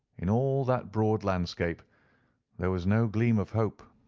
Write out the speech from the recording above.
in all that broad landscape there was no gleam of hope.